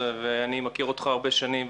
אני מכיר אותך הרבה שנים,